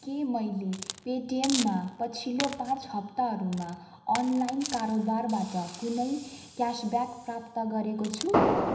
के मैले पेटिएममा पछिल्लो पाँच हप्ताहरूमा अनलाइन कारोबारबाट कुनै क्यास ब्याक प्राप्त गरेको छु